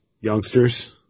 Youngsters